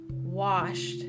washed